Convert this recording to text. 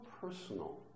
personal